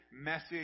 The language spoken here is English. message